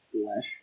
flesh